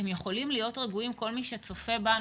יכולים להיות רגועים כל מי שצופה בנו,